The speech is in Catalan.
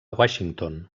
washington